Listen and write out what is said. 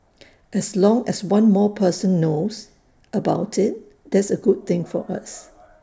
as long as one more person knows about IT that's A good thing for us